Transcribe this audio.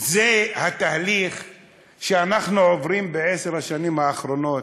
אנחנו נהפוך לרוב.) זה התהליך שאנחנו עוברים בעשר השנים האחרונות,